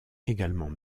également